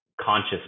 conscious